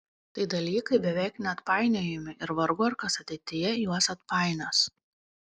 tai dalykai beveik neatpainiojami ir vargu ar kas ateityje juos atpainios